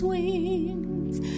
Wings